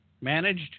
managed